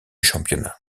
championnat